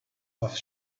off